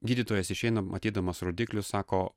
gydytojas išeina matydamas rodiklius sako